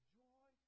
joy